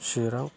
सिरां